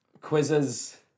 Quizzes